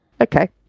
Okay